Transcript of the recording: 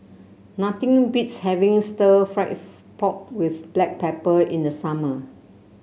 nothing beats having stir fry pork with Black Pepper in the summer